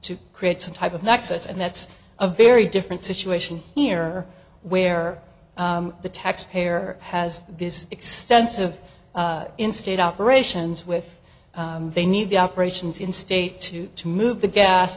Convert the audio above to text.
to create some type of nexus and that's a very different situation here where the taxpayer has this extensive in state operations with they need the operations in state to move the gas